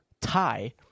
tie